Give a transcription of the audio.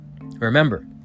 Remember